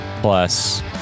plus